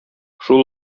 шул